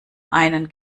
einen